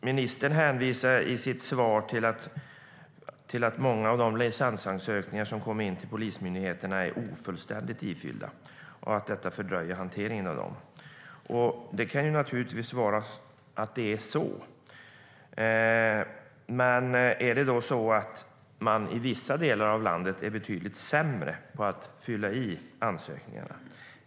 Ministern hänvisar i sitt svar till att många av de licensansökningar som kommer in till polismyndigheterna är ofullständigt ifyllda och att det fördröjer hanteringen av dem. Så kan det naturligtvis vara. Men är det då så att man i vissa delar av landet är betydligt sämre på att fylla i ansökningarna?